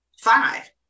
five